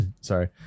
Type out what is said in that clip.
sorry